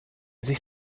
sich